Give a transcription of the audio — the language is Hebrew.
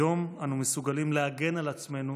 היום אנו מסוגלים להגן על עצמנו